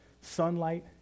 sunlight